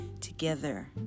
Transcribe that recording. together